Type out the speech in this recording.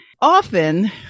Often